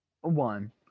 one